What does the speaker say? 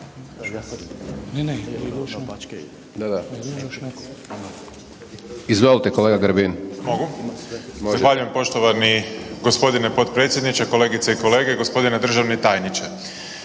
**Grbin, Peđa (SDP)** Zahvaljujem poštovani gospodine potpredsjedniče. Kolegice i kolege, gospodine državni tajniče,